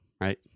right